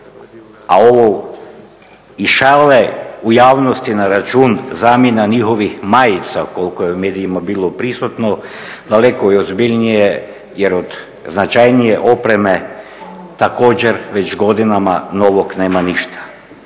a ovo, i šale u javnosti na račun zamjena njihovih majica, koliko je u medijima bilo prisutno, daleko je ozbiljnije jer od značajnije opreme također već godinama novog nema ništa.